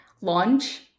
launch